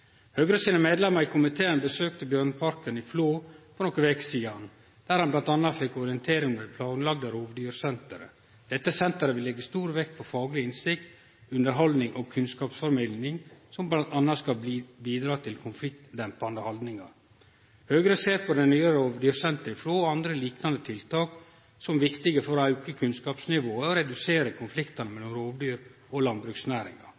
i komiteen besøkte Bjørneparken i Flå for nokre veker sidan, der ein bl.a. fekk orientering om det planlagde rovdyrsenteret. Dette senteret vil leggje stor vekt på fagleg innsikt, underhaldning og kunnskapsformidling som bl.a. skal bidra til konfliktdempande haldningar. Høgre ser på det nye rovdyrsenteret i Flå og andre liknande tiltak som viktige for å auke kunnskapsnivået og redusere konfliktane mellom rovdyr og landbruksnæringa.